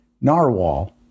Narwhal